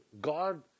God